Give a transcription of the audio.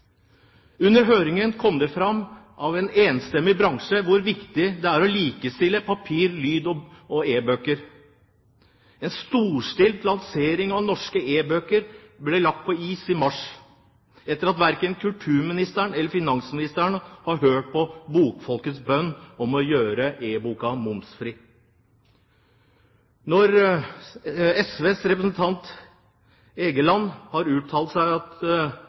Under høringen kom det fram fra en enstemmig bransje hvor viktig det er å likestille papir-, lyd- og e-bøker. En storstilt lansering av norske e-bøker ble lagt på is i mars etter at verken kulturministeren eller finansministeren har hørt på bokfolkets bønn om å gjøre e-boken momsfri. SVs representant Lars Egeland har uttalt at